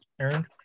Aaron